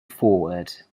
forward